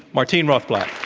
martine rothblatt.